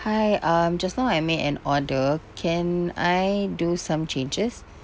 hi um just now I made an order can I do some changes